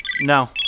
no